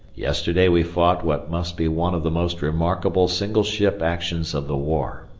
yesterday we fought what must be one of the most remarkable single-ship actions of the war.